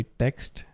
text